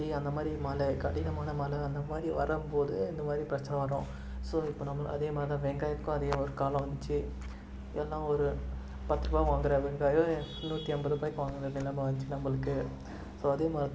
அந்தமாதிரி மழை கடினமான மழை அந்தமாதிரி வரும்போது இந்தமாதிரி பிரச்சனை வரும் ஸோ இப்போ நம்மளை அதேமாதிரி தான் வெங்காயத்துக்கும் அதே ஒரு காலம் வந்துச்சு இதெல்லாம் ஒரு பத்துரூபா வாங்குகிற வெங்காயம் நூற்றி ஐம்பது ரூபாயிக்கு வாங்குகிற நிலமை வந்துச்சு நம்மளுக்கு ஸோ அதேமாதிரி தான்